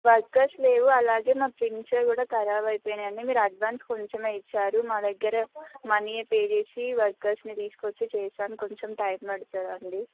workers లేరు అలాగే మా ఫిండ్స్ కూడా ఖరాబు అయిపోయినాయి అండి మీరు అడ్వాన్స్ కొంచెమే ఇచ్చారు మా దగ్గర మనీ పే చేసి వర్కర్స్ని తీసుకొచ్చి చేయించడానికి కొంచం టైం పడుతుంది అండి